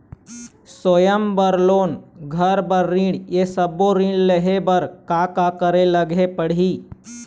स्वयं बर लोन, घर बर ऋण, ये सब्बो ऋण लहे बर का का करे ले पड़ही?